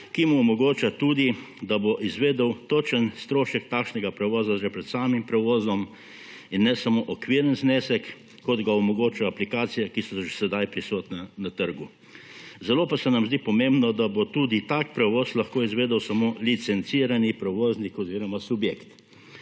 ki mu omogoča tudi, da bo izvedel točen strošek takšnega prevoza že pred samim prevozom in ne samo okvirni znesek, kot ga omogoča aplikacije, ki so že sedaj prisotne na trgu. Zelo pa se nam zdi pomembno, da bo tudi tak prevoz lahko izvedel samo licencirani prevoznik oziroma subjekt.